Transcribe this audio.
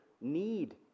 need